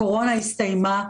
הקורונה הסתיימה.